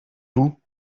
vous